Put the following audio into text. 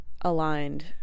aligned